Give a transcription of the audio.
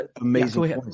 amazing